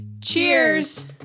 Cheers